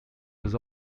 was